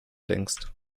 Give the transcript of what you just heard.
denkst